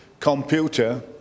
computer